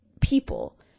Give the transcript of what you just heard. people